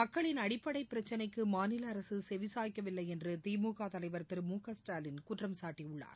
மக்களின் அடிப்படை பிரச்சினைக்குமாநில அரசுசெவிசாய்க்கவில்லைஎன்றுதிமுக தலைவர் திரு ஸ்டாலின் குற்றம்சாட்டியுள்ளார்